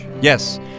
Yes